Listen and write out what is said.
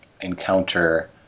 encounter